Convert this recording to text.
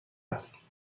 است